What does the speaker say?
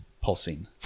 pulsing